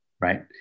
Right